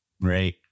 Right